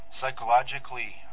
psychologically